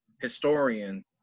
historian